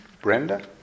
Brenda